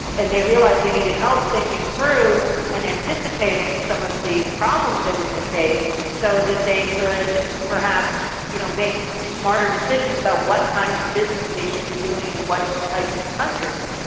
and they realised they needed help thinking through and anticipating some of the problems they were going to face so that they could perhaps you know make smart decisions about what kind of business they should be doing and what types of countries.